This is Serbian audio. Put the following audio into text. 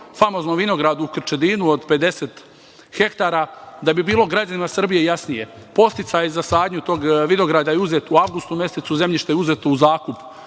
famoznom vinogradu u Krčedinu od 50 hektara. Da bi bilo građanima Srbije jasnije, podsticaj za sadnju tog vinograda je uzet u avgustu mesecu, zemljište je uzeto u zakup